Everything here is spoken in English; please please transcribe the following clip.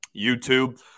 YouTube